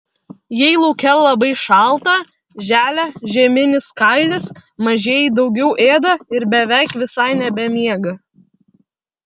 jei lauke labai šalta želia žieminis kailis mažieji daugiau ėda ir beveik visai nebemiega